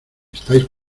estáis